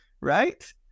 right